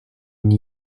une